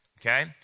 Okay